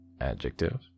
Adjective